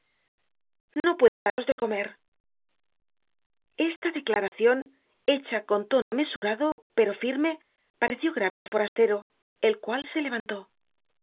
no puedo daros de comer esta declaracion hecha con tono mesurado pero firme pareció grave al forastero el cual se levantó bah